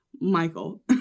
Michael